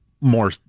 more